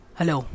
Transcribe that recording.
Hello